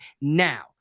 now